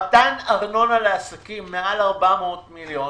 מתן ארנונה לעסקים מעל 400 מיליון